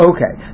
Okay